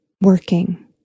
working